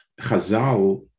Chazal